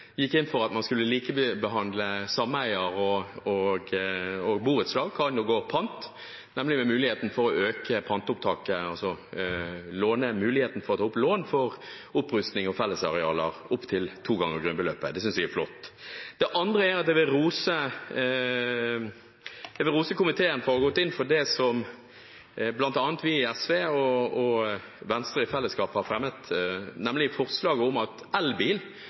gikk inn for at man skulle likebehandle sameier og borettslag hva angår pant, nemlig med mulighet for å ta opp lån for opprustning av fellesarealer opp til to ganger grunnbeløpet. Det synes jeg er flott. Det andre er at jeg vil rose komiteen for å ha gått inn for det som bl.a. vi i SV og Venstre i fellesskap har fremmet forslag om, nemlig at